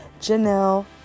Janelle